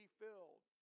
filled